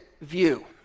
view